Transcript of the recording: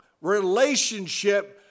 relationship